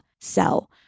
sell